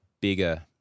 bigger